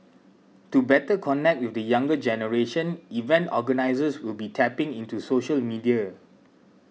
to better connect with the younger generation event organisers will be tapping into social media